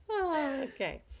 Okay